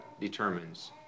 determines